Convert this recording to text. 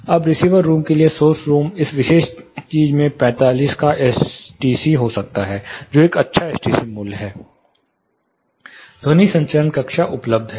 अब receiver room के लिए सोर्स रूम इस विशेष चीज में 45 का एसटीसी हो सकता है जो एक अच्छा एसटीसी मूल्य है ध्वनि संचरण कक्षा उपलब्ध है